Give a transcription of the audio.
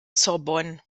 sorbonne